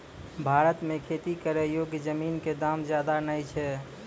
भारत मॅ खेती करै योग्य जमीन कॅ दाम ज्यादा नय छै